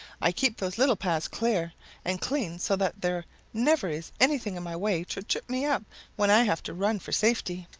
i keep those little paths clear and clean so that there never is anything in my way to trip me up when i have to run for safety,